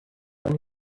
when